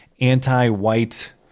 anti-white